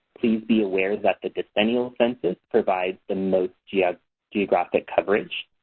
please be aware that the decennial census provides the most yeah geographic coverage,